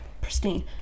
pristine